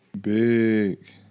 big